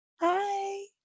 Hi